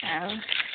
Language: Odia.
ଆଉ